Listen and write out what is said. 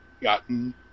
gotten